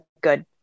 good